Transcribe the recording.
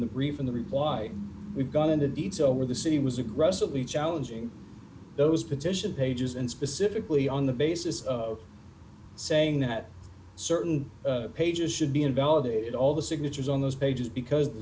the brief in the reply we've gone into detail where the city was aggressively challenging those petitions pages and specifically on the basis saying that certain pages should be invalidated all the signatures on those pages because